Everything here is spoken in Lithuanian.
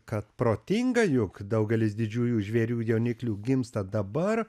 kad protinga jog daugelis didžiųjų žvėrių jauniklių gimsta dabar